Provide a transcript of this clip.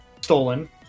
stolen